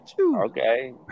Okay